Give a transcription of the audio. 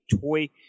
toy